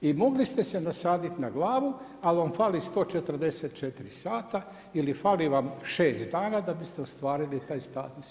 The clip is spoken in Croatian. I mogli ste se nasaditi na glavu ali vam fali 144 sata ili fali vam 6 dana da biste ostvarili taj status.